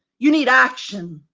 you need action,